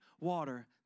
water